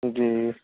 جی